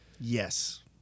Yes